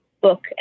book